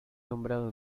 nombrado